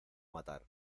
matar